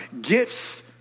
gifts